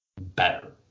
better